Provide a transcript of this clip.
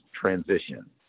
transition